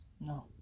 No